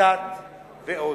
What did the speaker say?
דת ועוד.